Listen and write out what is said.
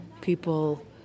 people